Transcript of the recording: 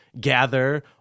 gather